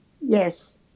Yes